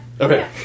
Okay